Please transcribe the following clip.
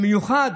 לאדוני.